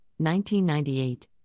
1998